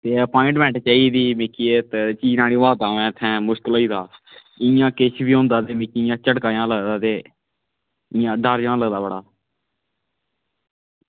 ते एह् अपाइटमेंट चाहिदी मिगी इत्त जीना निं होआ दा में इत्थें मुश्कल होई गेदा इ'यां किश बी होंदा ते मिगी इ'यां झटका जन लगदा ते इ'यां डर जन लगदा बड़ा